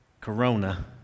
corona